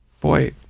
boy